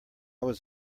was